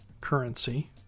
currency